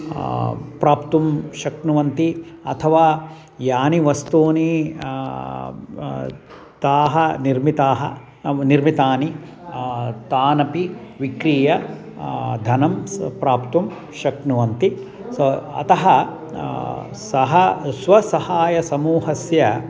प्राप्तुं शक्नुवन्ति अथवा यानि वस्तूनि ताः निर्मिताः निर्मितानि तानपि विक्रीय धनं प्राप्तुं शक्नुवन्ति सो अतः सः स्वसहायसमूहस्य